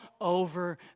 over